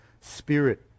spirit